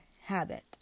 habit